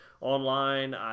online